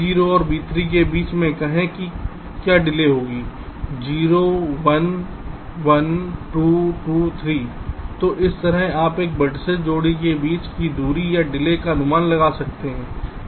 V0 और v3 के बीच में कहें कि क्या डिले होगी 0 1 1 2 2 3 तो इस तरह आप हर वेर्तिसेस जोड़ी के बीच की दूरी या डिले का अनुमान लगा सकते हैं